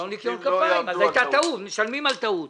על טעות משלמים.